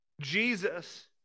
Jesus